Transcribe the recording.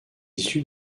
issu